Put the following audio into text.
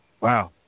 Wow